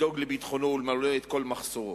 לדאוג לביטחונו ולמלא את כל מחסורו.